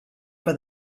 for